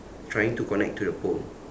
trying to connect to the pole